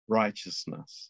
righteousness